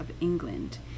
England